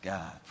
God